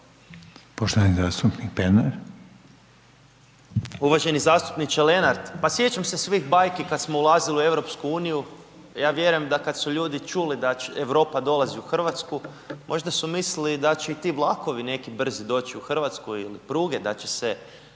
Ivan (SIP)** Uvaženi zastupniče Lenart, pa sjećam se svih bajki kad smo ulazili u EU, ja vjerujem da kad su ljudi čuli da Europa dolazi u RH možda su mislili da će i ti vlakovi neki brzi doći u RH ili pruge da će se